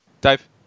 Dave